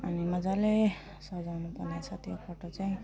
अनि मजाले सजाउनु पर्ने छ त्यो फोटो चाहिँ